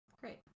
Great